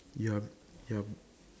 you're you're